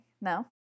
No